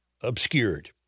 obscured